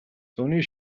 зуны